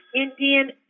Indian